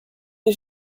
des